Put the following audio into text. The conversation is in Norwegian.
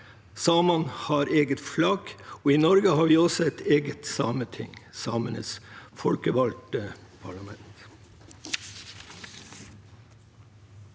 Samene har et eget flagg, og i Norge har vi også et eget sameting, samenes folkevalgte parlament.